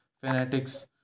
fanatics